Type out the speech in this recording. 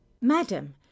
madam